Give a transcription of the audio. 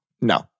No